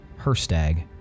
Herstag